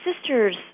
sisters